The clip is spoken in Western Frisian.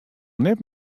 net